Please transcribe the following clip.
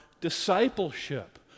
discipleship